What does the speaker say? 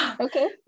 Okay